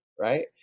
right